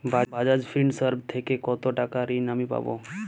বাজাজ ফিন্সেরভ থেকে কতো টাকা ঋণ আমি পাবো?